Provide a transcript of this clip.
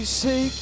say